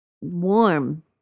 warm